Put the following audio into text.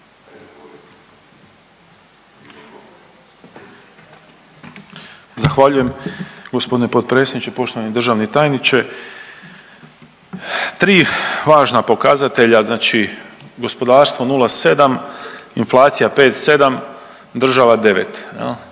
Zahvaljujem gospodine potpredsjedniče. Poštovani državni tajniče, tri važna pokazatelja znači gospodarstvo 0 7, inflacija 5 7, država 9